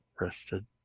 rested